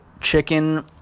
chicken